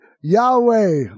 Yahweh